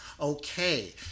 Okay